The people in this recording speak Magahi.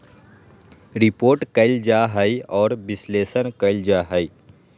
रिपोर्ट कइल जा हइ और विश्लेषण कइल जा हइ